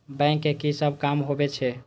Bank के की सब काम होवे छे?